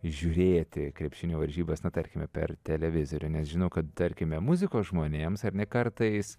žiūrėti krepšinio varžybas na tarkime per televizorių nes žinau kad tarkime muzikos žmonėms ar ne kartais